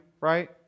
right